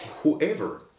whoever